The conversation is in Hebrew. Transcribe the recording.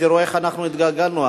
תראו איך אנחנו התגלגלנו,